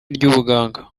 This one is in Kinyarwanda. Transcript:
ry’ubuganga